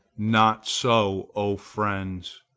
not so, o friends!